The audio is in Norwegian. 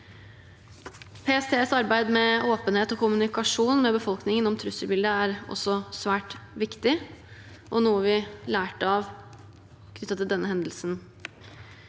PSTs arbeid med åpenhet og kommunikasjon med befolkningen om trusselbildet er også svært viktig, og noe vi lærte av knyttet til denne hendelsen.